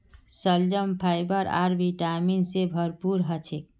शलजम फाइबर आर विटामिन से भरपूर ह छे